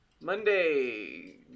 monday